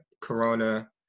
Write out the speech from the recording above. corona